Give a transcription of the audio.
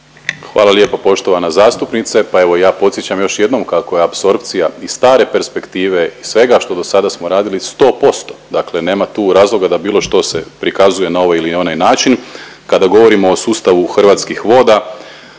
Hvala lijepo poštovana zastupnice, pa evo ja podsjećam još jednom kako je apsorpcija iz stare perspektive svega što dosada smo radili 100%. Dakle, nema tu razloga da bilo što se prikazuje na ovaj ili onaj način. Kada govorimo o sustavu Hrvatskih voda